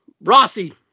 Rossi